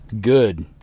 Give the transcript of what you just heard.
Good